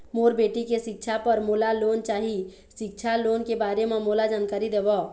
मोर बेटी के सिक्छा पर मोला लोन चाही सिक्छा लोन के बारे म मोला जानकारी देव?